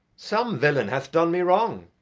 some villain hath done me wrong.